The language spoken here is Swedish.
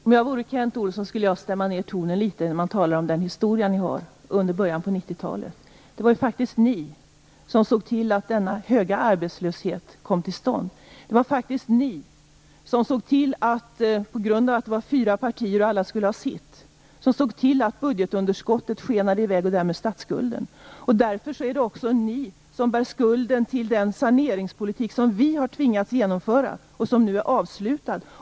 Fru talman! Om jag vore Kent Olsson skulle jag stämma ned tonen litet grand när man talar om hur det var i början av 90-talet. Det var faktiskt ni som såg till att denna höga arbetslöshet kom till stånd. Det var faktiskt ni - på grund av att regeringen bestod av fyra partier som alla skulle ha sitt - som såg till att budgetunderskottet och därmed statsskulden skenade i väg. Därför är det också ni som bär skulden till den saneringspolitik som vi har tvingats föra och som nu är avslutad.